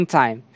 time